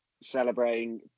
Celebrating